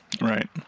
Right